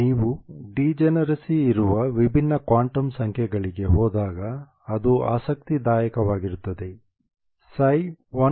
ನೀವು ಡಿಜೆನರಸಿ ಇರುವ ವಿಭಿನ್ನ ಕ್ವಾಂಟಮ್ ಸಂಖ್ಯೆಗಳಿಗೆ ಹೋದಾಗ ಅದು ಆಸಕ್ತಿದಾಯಕವಾಗಿರುತ್ತದೆ